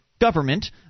Government